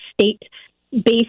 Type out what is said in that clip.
state-based